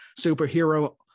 superhero